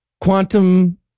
Quantum